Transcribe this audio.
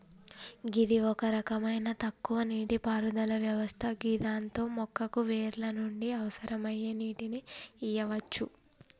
గిది ఒక రకమైన తక్కువ నీటిపారుదల వ్యవస్థ గిదాంతో మొక్కకు వేర్ల నుండి అవసరమయ్యే నీటిని ఇయ్యవచ్చు